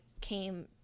came